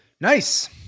Nice